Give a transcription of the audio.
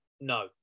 No